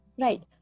Right